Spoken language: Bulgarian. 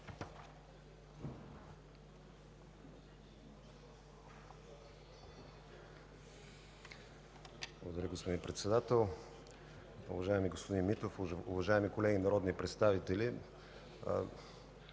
Благодаря, господин Председател. Уважаеми господин Митов, уважаеми колеги народни представители!